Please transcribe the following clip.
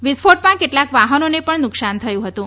વિસ્ફોટમાં કેટલાક વાહનોને પણ નુકશાન થયું હતું